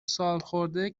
سالخورده